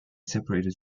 separated